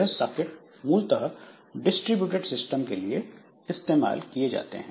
यह सॉकेट मूलतः distributed system के लिए इस्तेमाल किए जाते हैं